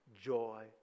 joy